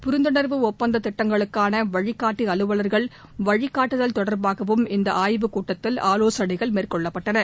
புரிந்துணர்வு ஒப்பந்த திட்டங்களுக்கான வழிகாட்டி அலுவலர்கள் வழிகாட்டுதல் தொடர்பாகவும் இந்த ஆய்வுக் கூட்டத்தில் ஆவோசனைகள் மேற்கொள்ளப்பட்டன